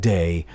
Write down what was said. Day